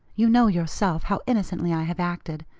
you know yourself how innocently i have acted,